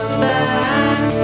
back